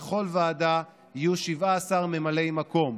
בכל ועדה יהיו 17 ממלאי מקום,